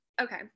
okay